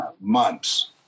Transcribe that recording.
months